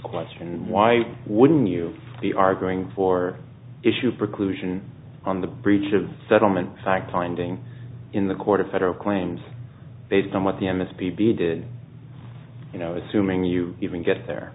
question why wouldn't you be arguing for issue preclusion on the breach of settlement cycling in the court of federal claims based on what the m s p b did you know assuming you even get there